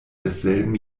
desselben